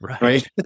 right